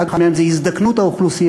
ואחד מהם הוא הזדקנות האוכלוסייה.